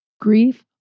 Grief